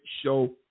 show